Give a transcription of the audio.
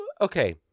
okay